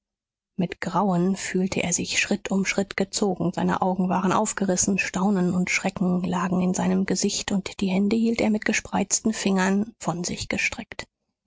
mit grauen fühlte er sich schritt um schritt gezogen seine augen waren aufgerissen staunen und schrecken lagen in seinem gesicht und die hände hielt er mit gespreizten fingern von sich gestreckt